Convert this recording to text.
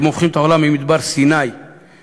הם הופכים את העולם ממדבר סיני להר-סיני.